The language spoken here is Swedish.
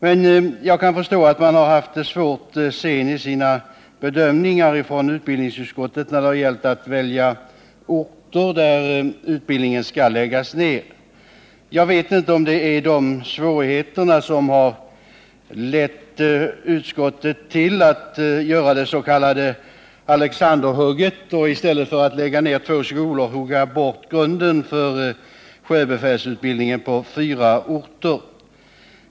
Och jag kan förstå att utbildningsutskottet har haft svårt att välja ut de orter där utbildningen skall läggas ned. Jag vet inte om det är den svårigheten som har lett utskottet till att göra det s.k. Alexanderhugget och i stället för att lägga ned två skolor hugga bort grunden för sjöbefälsutbildning på fyra orter.